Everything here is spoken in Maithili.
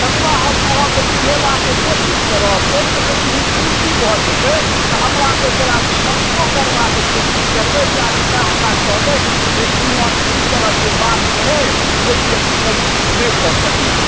ततबा हम अहाँकऽ बुझेबाके कोशिश करब ओहिमे जे कोनो त्रुटी भऽ जेतै तऽ हमरा ओकरा माफो करबाके कोशिश करबै या नै तऽ हमरा कहबै जे श्रीमान ई तरहके बात रहै जेकि हम संतुष्ट नहि भऽ सकलहुँ